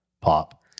pop